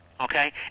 okay